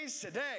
today